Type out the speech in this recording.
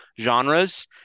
genres